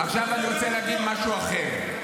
עכשיו אני רוצה להגיד משהו אחר.